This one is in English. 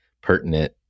pertinent